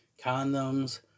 Condoms